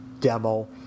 demo